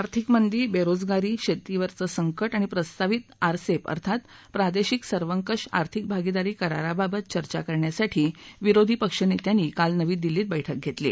आर्थिक मंदी बरोजगारी शर्तीवरचं संक आणि प्रस्तावित आरसप अर्थात प्रादश्रिक सर्वकष आर्थिक भागिदारी कराराबाबत चर्चा करण्यासाठी विरोधी पक्षनस्विंनी काल नवी दिल्ली ध्वें बैठक घस्त्रीी